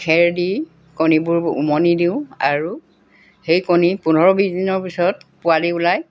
খেৰ দি কণীবোৰ উমনি দিওঁ আৰু সেই কণী পোন্ধৰ বিছ দিনৰ পিছত পোৱালি ওলাই